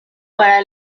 para